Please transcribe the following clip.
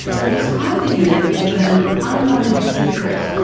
they described the unit as an unwanted secret,